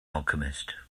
alchemist